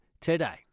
today